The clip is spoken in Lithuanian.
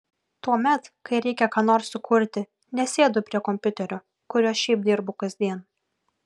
tuomet kai reikia ką nors sukurti nesėdu prie kompiuterio kuriuo šiaip dirbu kasdien